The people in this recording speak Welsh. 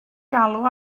galw